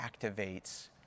activates